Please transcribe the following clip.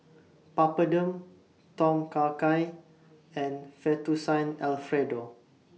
Papadum Tom Kha Gai and Fettuccine Alfredo